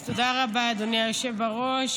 תודה רבה, אדוני היושב בראש.